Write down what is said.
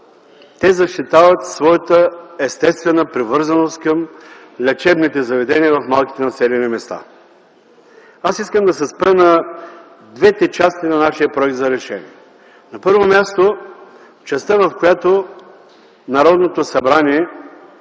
те защитават своята естествена привързаност към лечебните заведения в малките населени места. Искам да се спра на двете части на нашия проект за решение. На първо място, частта, в която Народното събрание